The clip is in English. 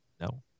No